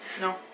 No